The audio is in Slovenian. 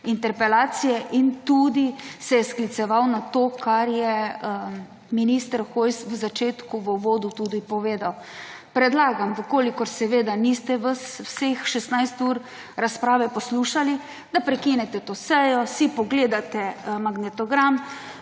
interpelacije in tudi se je skliceval na to, kar je minister Hojs v začetku, v uvodu tudi povedal; predlagam, v kolikor seveda niste vseh 16 ur razprave poslušali, da prekinete to sejo, si pogledate magnetogram,